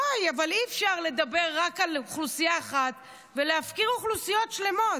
אי-אפשר לדבר רק על אוכלוסייה אחת ולהפקיר אוכלוסיות שלמות.